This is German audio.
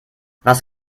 was